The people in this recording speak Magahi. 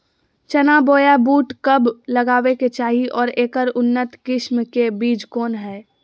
चना बोया बुट कब लगावे के चाही और ऐकर उन्नत किस्म के बिज कौन है?